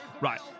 Right